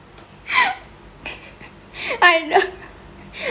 I know